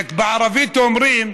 בערבית אומרים: